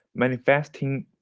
manifesting.